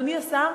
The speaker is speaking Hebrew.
אדוני השר,